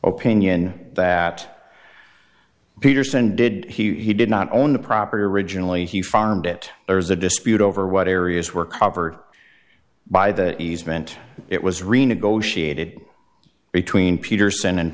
opinion that peterson did he did not own the property originally he farmed it there's a dispute over what areas were covered by the easement it was renegotiated between peterson and